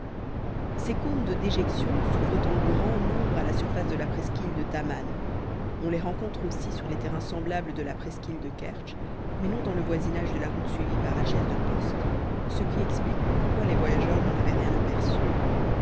ces cônes de déjections s'ouvrent en grand nombre à la surface de la presqu'île de taman on les rencontre aussi sur les terrains semblables de la presqu'île de kertsch mais non dans le voisinage de la route suivie par la chaise de poste ce qui explique pourquoi les voyageurs n'en avaient rien aperçu